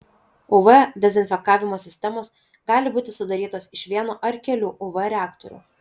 uv dezinfekavimo sistemos gali būti sudarytos iš vieno ar kelių uv reaktorių